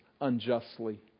unjustly